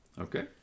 Okay